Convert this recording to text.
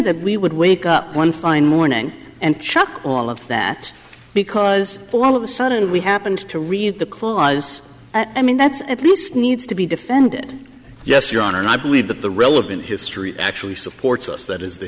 that we would wake up one fine morning and chuck all of that because all of a sudden we happened to read the clause i mean that's at least needs to be defended yes your honor and i believe that the relevant history actually supports us that is the